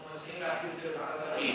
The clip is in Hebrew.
מציעים להעביר את זה לוועדת הפנים.